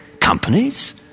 companies